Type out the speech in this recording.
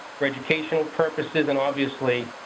for educational purposes and, obviously,